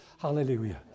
Hallelujah